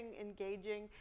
engaging